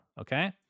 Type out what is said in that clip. okay